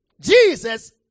Jesus